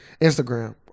Instagram